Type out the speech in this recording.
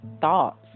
thoughts